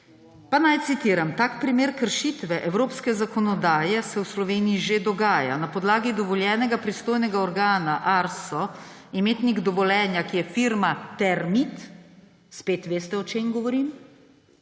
Pa naj citiram: »Tak primer kršitve evropske zakonodaje se v Sloveniji že dogaja. Na podlagi dovoljenega pristojnega organa Arso, imetnik dovoljenja, ki je firma Termit …« Spet veste, o čem govorim,